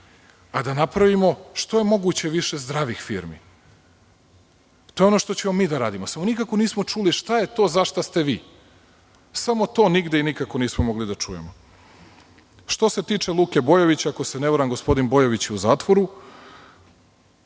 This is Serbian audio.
a da napravimo što je moguće više zdravih firmi. To je ono što ćemo mi da radimo. Samo nikako nismo čuli šta je to za šta ste vi? Samo to nigde i nikako nismo mogli da čujemo. Što se tiče Luke Bojovića, ako se ne varam, gospodin Bojović je u zatvoru.